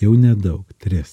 jau nedaug tris